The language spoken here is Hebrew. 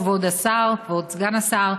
כבוד השר, כבוד סגן השר,